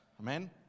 Amen